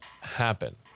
happen